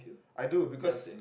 I do because